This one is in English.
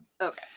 Okay